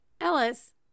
Ellis